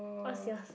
what's yours